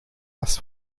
das